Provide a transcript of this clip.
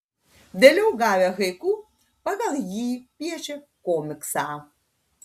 vėliau gavę haiku pagal jį piešė komiksą